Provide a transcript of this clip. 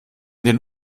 den